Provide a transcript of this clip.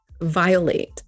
violate